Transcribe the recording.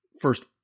First